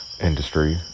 industry